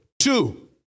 Two